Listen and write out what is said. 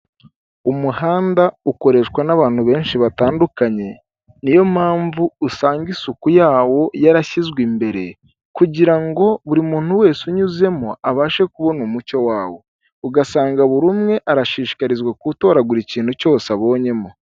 umuhanda ukoreshwa n'abantu benshi batandukanye, ni yo mpamvu usanga isuku yawo yarashyizwe imbere, kugira ngo buri muntu wese unyuzemo abashe kubona umucyo wawo, ugasanga buri umwe arashishikarizwa gutoragura ikintu cyose abonyemo.